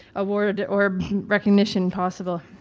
award, or recognition possible.